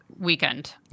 weekend